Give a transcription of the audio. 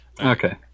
Okay